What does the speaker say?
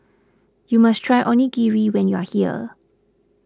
you must try Onigiri when you are here